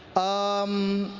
um.